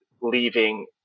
leaving